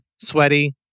sweaty